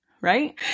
right